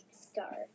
start